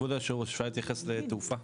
כבוד היו"ר אפשר להתייחס לתעופה?